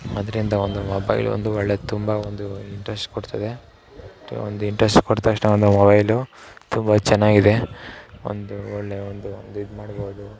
ಅದರಿಂದ ಒಂದು ಮೊಬೈಲ್ ಒಂದು ಒಳ್ಳೆಯ ಒಂದು ತುಂಬ ಒಳ್ಳೆಯ ಇಂಟ್ರಸ್ಟ್ ಕೊಡ್ತದೆ ಒಂದು ಇಂಟ್ರಸ್ಟ್ ಕೊಟ್ಟ ತಕ್ಷಣ ಒಂದು ಮೊಬೈಲು ತುಂಬ ಚೆನ್ನಾಗಿದೆ ಒಂದು ಒಳ್ಳೆಯ ಒಂದು ಒಂದು ಇದು ಮಾಡ್ಬೌದು